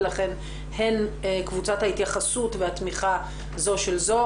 ולכן הן קבוצת ההתייחסות והתמיכה זו של זו.